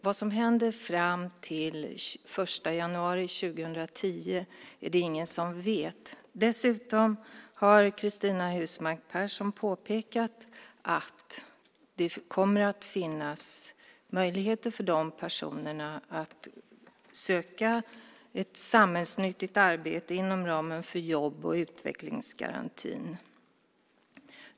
Vad som händer fram till den 1 januari 2010 är det ingen som vet. Dessutom har Cristina Husmark Pehrsson påpekat att det kommer att finnas möjligheter för dessa personer att söka ett samhällsnyttigt arbete inom ramen för jobb och utvecklingsgarantin.